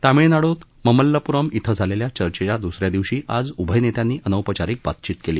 तमिळनाडूत ममल्लपुरम इथं झालेल्या चर्चेच्या दुसऱ्या दिवशी आज उभय नेत्यांनी अनौपचारिक बातचीत केली